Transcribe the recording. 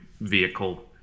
vehicle